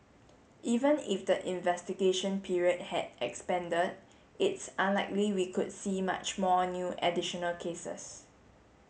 even if the investigation period had expanded it's unlikely we could see much more new additional cases